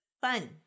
fun